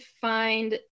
find